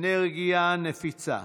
אנרגיה נפיצה.